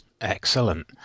Excellent